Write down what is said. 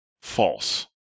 false